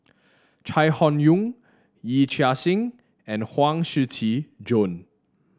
Chai Hon Yoong Yee Chia Hsing and Huang Shiqi Joan